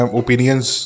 opinions